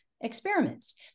experiments